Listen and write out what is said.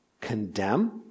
condemn